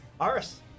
Aris